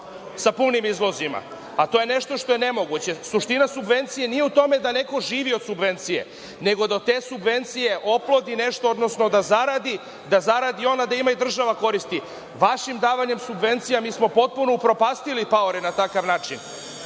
sa punim izvozima, a to je nešto što je nemoguće, suština nije u tome da neko živi od subvencije, nego da od te subvencije oplodi, odnosno nešto da zaradi, a da ima i država koristi. Vašim davanjem subvencija mi smo potpuno upropastili paore na takav način.